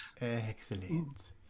Excellent